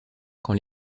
quand